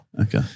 Okay